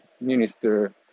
Minister